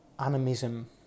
animism